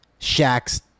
Shaq's